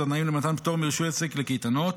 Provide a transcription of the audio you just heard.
התנאים למתן פטור מרישוי עסק לקייטנות.